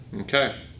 Okay